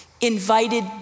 invited